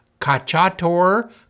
Kachator